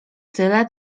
tyle